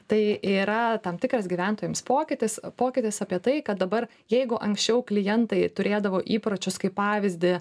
tai yra tam tikras gyventojams pokytis pokytis apie tai kad dabar jeigu anksčiau klientai turėdavo įpročius kaip pavyzdį